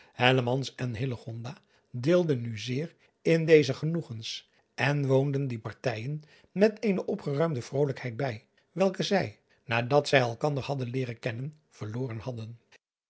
en deelden nu zeer in driaan oosjes zn et leven van illegonda uisman deze genoegens en woonden die partijen met eene opgeruimde vrolijkheid bij welke zij nadat zij elkander hadden leeren kennen verloren hadden